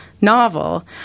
novel